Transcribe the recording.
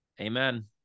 Amen